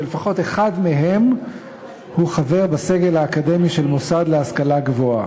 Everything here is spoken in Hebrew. שלפחות אחד מהם הוא חבר בסגל האקדמי של מוסד להשכלה גבוהה.